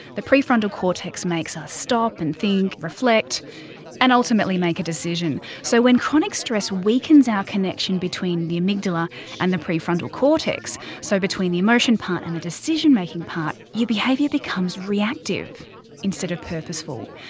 the pre-frontal cortex makes us stop and think, reflect and ultimately make a decision. so when chronic stress weakens our connection between the amygdala and the prefrontal cortex so between the emotion part and the decision making part your behaviour becomes reactive instead of purposeful.